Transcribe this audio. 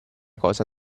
cosa